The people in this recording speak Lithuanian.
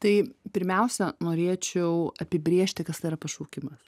tai pirmiausia norėčiau apibrėžti kas tai yra pašaukimas